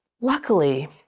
Luckily